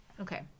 Okay